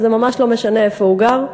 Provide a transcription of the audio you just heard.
וזה ממש לא משנה איפה הוא גר,